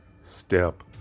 step